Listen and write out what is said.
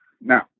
now